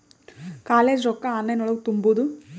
College ರೊಕ್ಕ online ಒಳಗ ತುಂಬುದು?